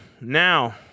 Now